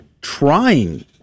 trying